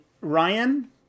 Ryan